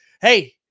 Hey